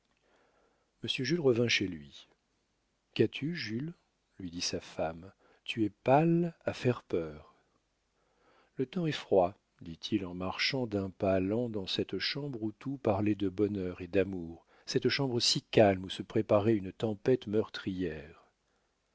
monsieur jules revint chez lui qu'as-tu jules lui dit sa femme tu es pâle à faire peur le temps est froid dit-il en marchant d'un pas lent dans cette chambre où tout parlait de bonheur et d'amour cette chambre si calme où se préparait une tempête meurtrière